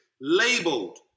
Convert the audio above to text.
labeled